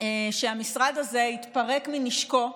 שהמשרד הזה יתפרק מנשקו,